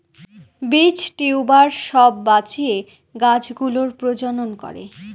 বীজ, টিউবার সব বাঁচিয়ে গাছ গুলোর প্রজনন করে